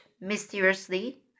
mysteriously